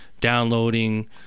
downloading